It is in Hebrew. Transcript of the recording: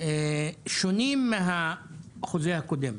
שונים מן החוזה הקודם.